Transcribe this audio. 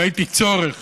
ראיתי צורך